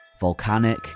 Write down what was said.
Volcanic